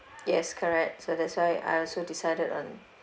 yes correct so that's why I also decided on